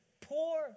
poor